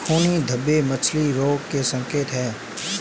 खूनी धब्बे मछली रोग के संकेत हैं